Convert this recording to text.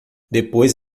depois